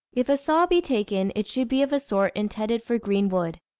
if a saw be taken, it should be of a sort intended for green wood.